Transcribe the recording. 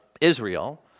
Israel